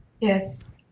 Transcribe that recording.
Yes